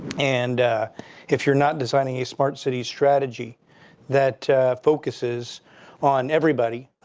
and if you're not designing a smart city strategy that focuses on everybody,